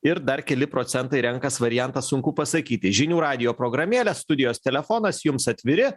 ir dar keli procentai renkas variantą sunku pasakyti žinių radijo programėlė studijos telefonas jums atviri